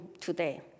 today